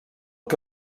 que